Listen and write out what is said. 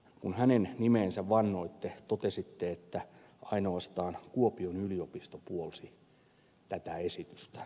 kun hänen nimeensä vannoitte totesitte että ainoastaan kuopion yliopisto puolsi tätä esitystä